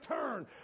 turn